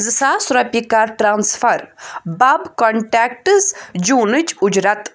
زٕ ساس رۄپیہِ کَر ٹرٚانَسفر بَب کنٹیٚکٹٕز جوٗنٕچ اُجرَت